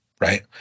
right